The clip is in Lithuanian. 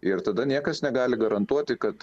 ir tada niekas negali garantuoti kad